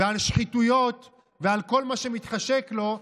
ועל שחיתויות ועל כל מה שמתחשק לו,